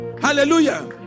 Hallelujah